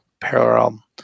parallel